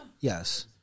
Yes